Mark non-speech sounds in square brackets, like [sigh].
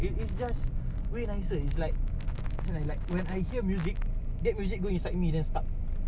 ah eh this is very inspir~ inspir~ apa [noise] inspiring ah this is very inspiring ah